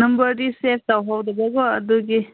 ꯅꯝꯕꯔꯗꯤ safe ꯇꯧꯍꯧꯗꯕ ꯑꯗꯨꯒꯤ